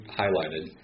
highlighted